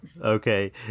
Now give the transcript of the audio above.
Okay